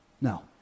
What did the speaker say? No